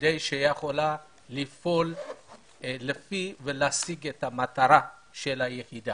כדי שהיא תוכל לפעול ולהשיג את המטרה לשמה הוקמה.